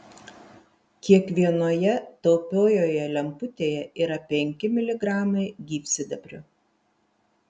kiekvienoje taupiojoje lemputėje yra penki miligramai gyvsidabrio